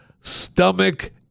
stomach